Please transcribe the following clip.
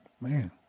Man